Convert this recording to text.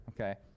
okay